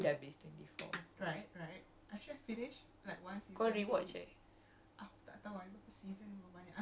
eh kalau you tengok six a day [tau] six a day by right empat hari dah habis twenty four